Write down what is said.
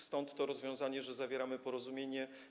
Stąd to rozwiązanie, że zawieramy porozumienie.